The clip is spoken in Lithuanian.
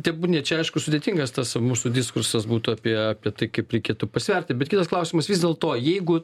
tebūnie čia aišku sudėtingas tas mūsų diskursas būtų apie apie tai kaip reikėtų pasverti bet kitas klausimas vis dėlto jeigu